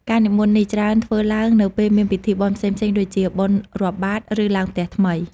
ការនិមន្តនេះ ច្រើនធ្វើឡើងនៅពេលមានពិធីបុណ្យផ្សេងៗដូចជា បុណ្យរាប់បាត្រ ឬឡើងផ្ទះថ្មី។